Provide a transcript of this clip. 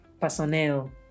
personnel